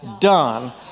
Done